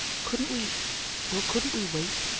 couldn't we well, couldn't we wait?